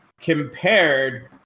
compared